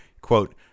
quote